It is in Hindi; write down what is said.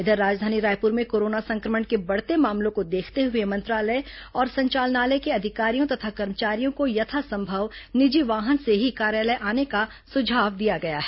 इधर राजधानी रायपुर में कोरोना संक्रमण के बढ़ते मामलों को देखते हुए मंत्रालय और संचालनालय के अधिकारियों तथा कर्मचारियों को यथासंभव निजी वाहन से ही कार्यालय आने का सुझाव दिया गया है